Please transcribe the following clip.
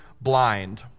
blind